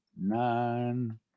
nine